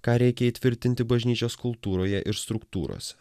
ką reikia įtvirtinti bažnyčios kultūroje ir struktūrose